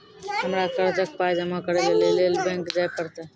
हमरा कर्जक पाय जमा करै लेली लेल बैंक जाए परतै?